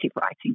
writing